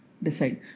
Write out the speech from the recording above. decide